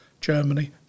Germany